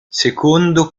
secondo